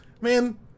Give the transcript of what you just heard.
man